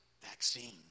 vaccine